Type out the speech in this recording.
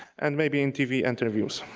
and maybe in tv interviews.